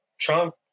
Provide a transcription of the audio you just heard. Trump